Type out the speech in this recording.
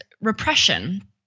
repression